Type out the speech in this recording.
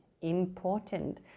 important